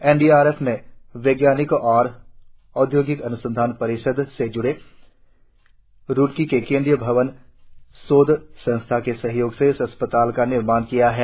NDRF ने वैज्ञानिक तथा औद्योगिक अनुसंधान परिषद से ज्ड़े रुड़की के केंद्रीय भवन शोध संस्थान के सहयोग से इस अस्पताल का निर्माण किया है